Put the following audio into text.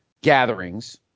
gatherings